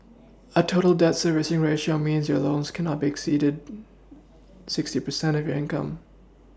a total debt Servicing ratio means that your loans cannot exceed sixty percent of your income